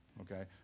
Okay